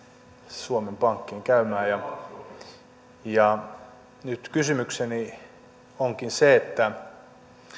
suomen pankkiin käymään ja nyt kysymykseni onkin se jäin kysymään että